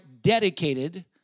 dedicated